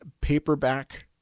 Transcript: Paperback